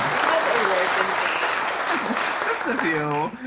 yeah has awards and things. just a few.